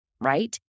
right